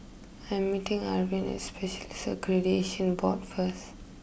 I'm meeting Arvin at Specialists Accreditation Board first